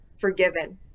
forgiven